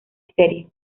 serie